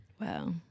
Wow